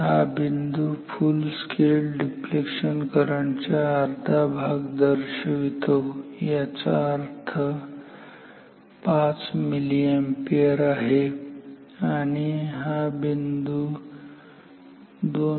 हा बिंदू full scale deflection current च्या अर्धा भाग दर्शवितो याचाच अर्थ 5 मिली अॅम्पियर आहे आणि हा बिंदू 2